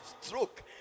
stroke